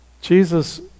Jesus